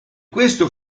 questo